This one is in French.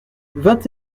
vingt